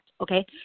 Okay